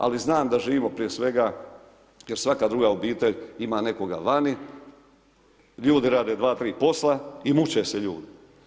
Ali, znam da živimo prije svega, jer svaka druga obitelj ima nekoga vani, ljudi rade 2-3 posla i muče se ljudi.